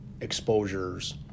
exposures